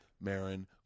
Marin